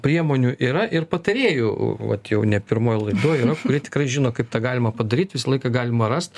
priemonių yra ir patarėjų vat jau ne pirmoj laidoj yra kurie tikrai žino kaip tą galima padaryt visą laiką galima rast